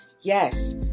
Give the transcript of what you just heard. Yes